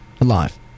alive